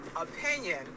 opinion